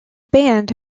band